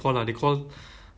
another search ah you know